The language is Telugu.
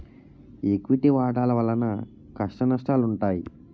ఈక్విటీ వాటాల వలన కష్టనష్టాలుంటాయి